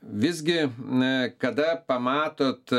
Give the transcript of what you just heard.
visgi na kada pamatot